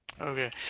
Okay